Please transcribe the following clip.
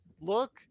look